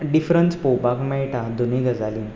difference पोवपाक मेळटा दोनूय गजालींत